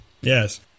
Yes